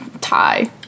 tie